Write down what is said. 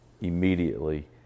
immediately